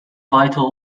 vital